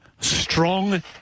strong